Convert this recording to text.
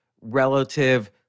relative